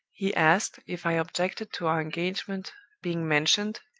he asked if i objected to our engagement being mentioned,